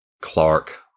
Clark